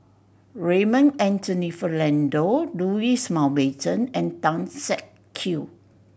Raymond Anthony Fernando Louis Mountbatten and Tan Siak Kew